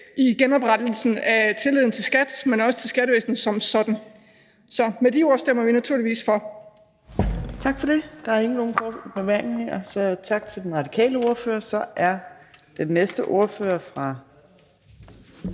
i genopretningen af tilliden til skat, men også til skattevæsenet som sådan. Så med de ord stemmer vi naturligvis for.